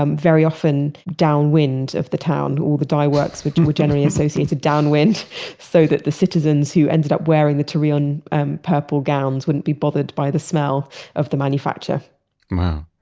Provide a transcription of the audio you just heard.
um very often downwind of the town. all the dye works which were generally associated downwind so that the citizens who ended up wearing the tyrian um purple gowns wouldn't be bothered by the smell of the manufacture wow.